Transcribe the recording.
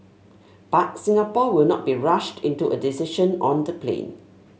but Singapore will not be rushed into a decision on the plane